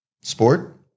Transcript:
sport